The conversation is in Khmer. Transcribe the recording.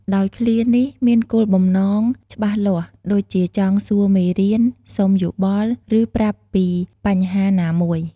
ដោយឃ្លានេះមានគោលបំណងច្បាស់លាស់ ដូចជាចង់សួរមេរៀន សុំយោបល់ ឬប្រាប់ពីបញ្ហាណាមួយ។